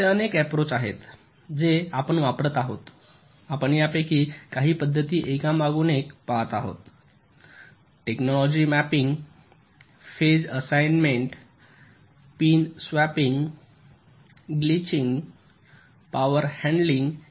तर असे अनेक अप्रोच आहेत जे आपण वापरत आहोत आपण यापैकी काही पध्दती एकामागून एक पाहत आहोत technology mapping phase assignment pin swapping glitching power handling इ